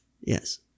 Yes